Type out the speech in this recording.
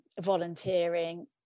volunteering